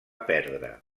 perdre